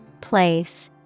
Place